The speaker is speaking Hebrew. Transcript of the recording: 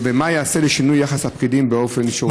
ומה ייעשה לשינוי יחס הפקידים באופן שורשי?